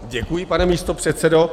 Děkuji, pane místopředsedo.